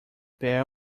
bear